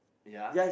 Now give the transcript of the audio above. ya